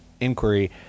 inquiry